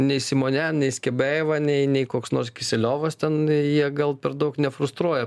nei simonian nei skebejeva nei nei koks nors kiseliovas ten jie gal per daug ne frustruoja